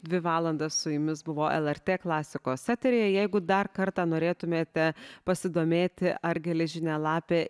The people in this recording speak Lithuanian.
dvi valandas su jumis buvo lrt klasikos eteryje jeigu dar kartą norėtumėte pasidomėti ar geležinė lapė